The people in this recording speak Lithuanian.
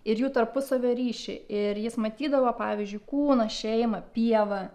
ir jų tarpusavio ryšį ir jis matydavo pavyzdžiui kūną šeimą pieva